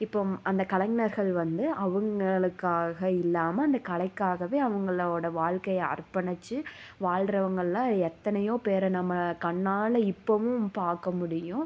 இப்போது அந்த கலைஞர்கள் வந்து அவங்களுக்காக இல்லாமல் அந்த கலைக்காகவே அவங்களோட வாழ்க்கையை அர்பணித்து வாழ்கிறவங்கள்லாம் எத்தனையோ பேரை நம்ம கண்ணால் இப்பவும் பார்க்க முடியும்